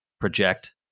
project